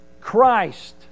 Christ